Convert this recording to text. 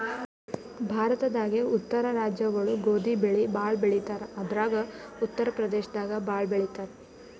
ಭಾರತದಾಗೇ ಉತ್ತರ ರಾಜ್ಯಗೊಳು ಗೋಧಿ ಬೆಳಿ ಭಾಳ್ ಬೆಳಿತಾರ್ ಅದ್ರಾಗ ಉತ್ತರ್ ಪ್ರದೇಶದಾಗ್ ಭಾಳ್ ಬೆಳಿತಾರ್